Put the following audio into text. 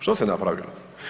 Što se napravilo?